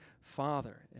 Father